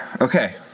Okay